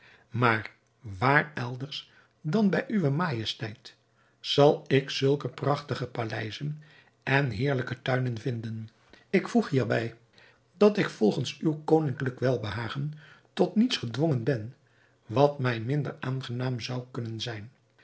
maar waar elders dan bij uwe majesteit zal ik zulke prachtige paleizen en heerlijke tuinen vinden ik voeg hierbij dat ik volgens uw koninklijk welbehagen tot niets gedwongen ben wat mij minder aangenaam zou kunnen zijn